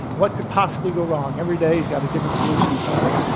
what could possibly go wrong? every day he's got a different solution to something.